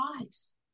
lives